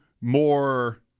more